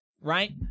right